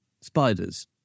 spiders